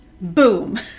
Boom